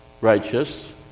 righteous